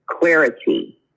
clarity